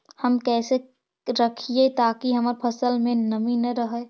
हम कैसे रखिये ताकी हमर फ़सल में नमी न रहै?